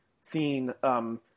seeing